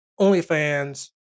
OnlyFans